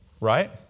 Right